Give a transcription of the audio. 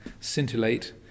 scintillate